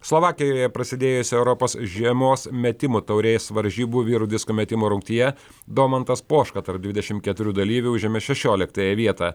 slovakijoje prasidėjusio europos žiemos metimų taurės varžybų vyrų disko metimo rungtyje domantas poška tarp dvidešimt keturių dalyvių užėmė šešioliktą vietą